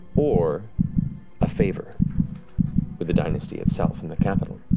or a favor with the dynasty itself in the capital.